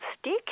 stick